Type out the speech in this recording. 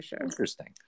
interesting